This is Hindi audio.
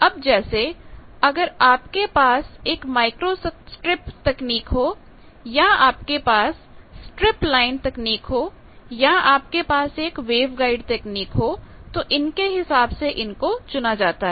अब जैसे अगर आपके पास एक माइक्रोस्ट्रिप तकनीक हो या आपके पास स्ट्रिपलाइन तकनीक हो या आपके पास एक वेवगाइड तकनीक हो तो इनके हिसाब से इन को चुना जाता है